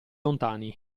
lontani